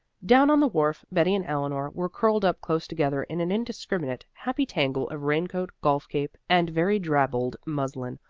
down on the wharf betty and eleanor were curled up close together in an indiscriminate, happy tangle of rain-coat, golf-cape, and very drabbled muslin,